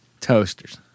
Toasters